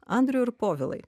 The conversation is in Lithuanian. andriau ir povilai